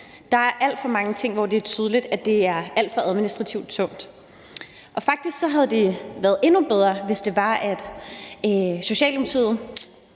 Der er alt for mange ting, hvor det er tydeligt, at det er alt for administrativt tungt. Faktisk havde det været endnu bedre, hvis det var, at Socialdemokratiet